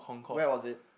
where was it